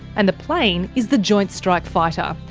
and the plane is the joint strike fighter,